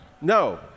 No